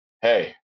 Hey